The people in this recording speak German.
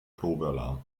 probealarm